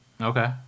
Okay